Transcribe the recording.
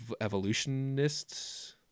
evolutionists